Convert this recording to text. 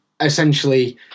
essentially